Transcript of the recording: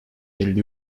elli